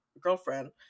girlfriend